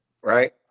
Right